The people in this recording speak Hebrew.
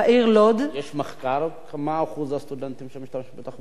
יש מחקר מה אחוז הסטודנטים שמשתמשים בתחבורה ציבורית או שזה,